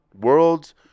Worlds